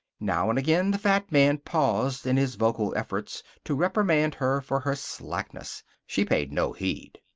now and again the fat man paused in his vocal efforts to reprimand her for her slackness. she paid no heed.